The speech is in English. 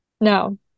no